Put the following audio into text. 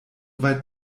weit